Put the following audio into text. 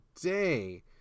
day